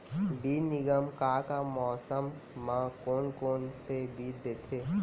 बीज निगम का का मौसम मा, कौन कौन से बीज देथे?